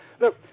Look